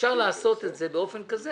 אפשר לעשות את זה באופן כזה